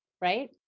right